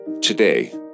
Today